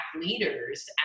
leaders